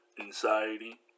anxiety